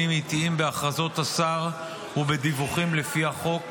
עתיים בהכרזות השר ובדיווחים לפי החוק,